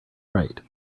right